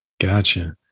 Gotcha